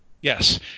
Yes